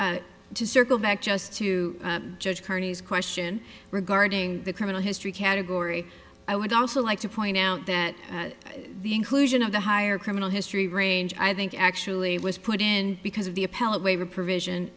to circle back just to judge carney's question regarding the criminal history category i would also like to point out that the inclusion of the higher criminal history range i think actually was put in because of the appellate waiver provision